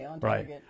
right